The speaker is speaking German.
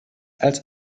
als